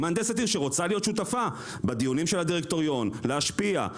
מהנדסת עיר שרוצה להיות שותפה בדיונים של הדירקטוריון ולהשפיע.